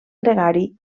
gregari